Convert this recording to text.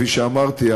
כפי שאמרתי,